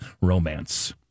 romance